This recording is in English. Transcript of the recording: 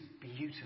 beautiful